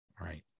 right